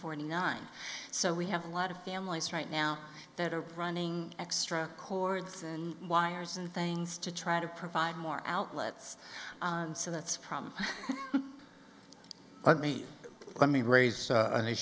forty nine so we have a lot of families right now that are running extra cords and wires and things to try to provide more outlets so that's a problem let me let me raise a